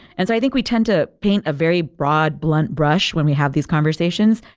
and so i think we tend to paint a very broad, blunt brush when we have these conversations.